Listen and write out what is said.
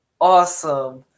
awesome